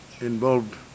involved